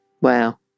Wow